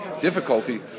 difficulty